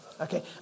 Okay